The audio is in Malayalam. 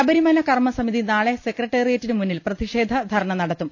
ശബരിമല കർമ്മസമിതി നാളെ സെക്രട്ടേറിയറ്റിന് മുന്നിൽ പ്രതിഷേധ ധർണ നടത്തും